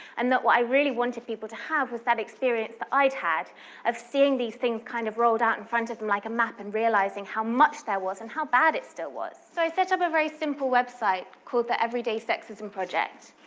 and that what i really wanted people to have was that experience that i'd had of seeing these things kind of rolled out in front of them like a map, and realizing how much there was and how bad it still was. so i set up a very simple website called the everyday sexism project,